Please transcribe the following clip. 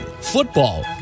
football